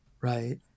right